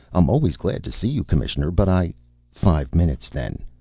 i'm always glad to see you, commissioner. but i five minutes, then.